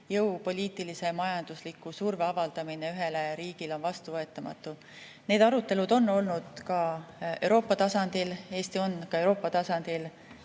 jõupoliitilise ja majandusliku surve avaldamine ühele riigile on vastuvõetamatu. Need arutelud on olnud ka Euroopa tasandil, Eesti on ka Euroopa tasandil